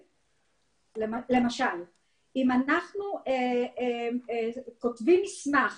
למשל אם אנחנו כותבים מסמך